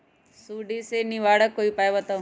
सुडी से निवारक कोई उपाय बताऊँ?